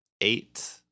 Eight